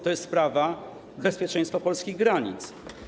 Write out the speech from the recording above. To jest sprawa bezpieczeństwa polskich granic.